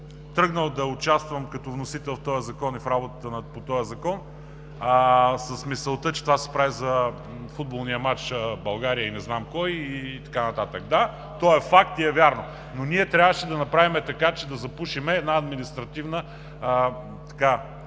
тръгнал да участвам като вносител на този закон и в работата по този закон с мисълта, че това се прави за футболния мач България и не знам кой и така нататък. Да, той е факт и е вярно. Но ние трябваше да направим така, че да запушим една административна